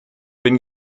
bin